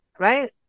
Right